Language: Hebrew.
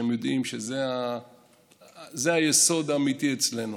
הם יודעים שזה היסוד האמיתי אצלנו.